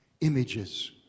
images